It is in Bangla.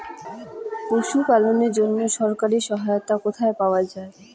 পশু পালনের জন্য সরকারি সহায়তা কোথায় পাওয়া যায়?